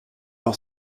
par